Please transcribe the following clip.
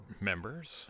members